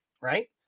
Right